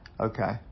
Okay